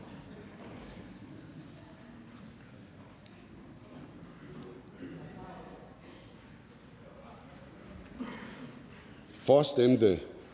For stemte